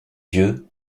yeux